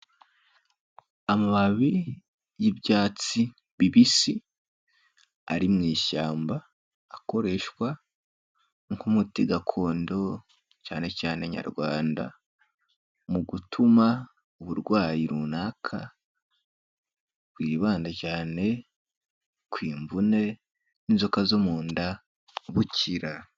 Amababi y'ibyatsi bibisi ari mushyamba, akoreshwa nk'umuti gakondo cyane cyane Nyarwanda, mu gutuma uburwayi runaka bwibanda cyane ku mvune n'inzoka zo mu nda bukira.